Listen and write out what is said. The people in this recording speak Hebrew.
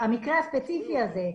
המקרה הספציפי הזה,